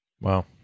Wow